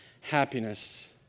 happiness